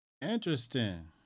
Interesting